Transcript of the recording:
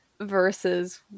versus